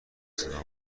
صدا